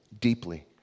deeply